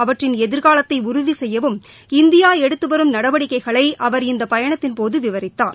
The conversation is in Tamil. அவற்றின் எதிர்காலத்தை உறுதி செய்யவும் இந்தியா எடுத்து வரும் நடவடிக்கைகளை அவர் இந்த பயணத்தின்போது விவரித்தார்